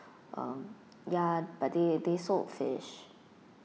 um ya but they they sold fish